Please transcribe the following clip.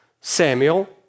Samuel